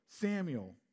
Samuel